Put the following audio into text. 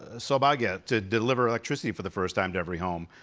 ah so but yeah to deliver electricity for the first time to every home.